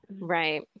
right